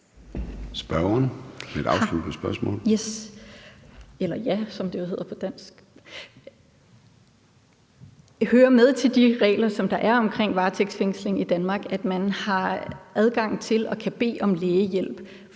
det med til de regler, som der er omkring varetægtsfængsling i Danmark, at man har adgang til og kan bede om lægehjælp?